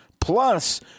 plus